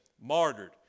martyred